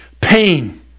pain